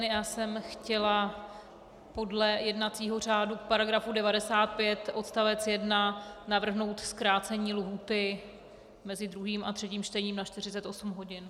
Já jsem chtěla podle jednacího řádu § 95 odst. 1 navrhnout zkrácení lhůty mezi druhým a třetím čtením na 48 hodin.